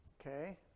Okay